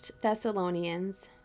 Thessalonians